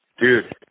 dude